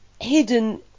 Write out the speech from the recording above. hidden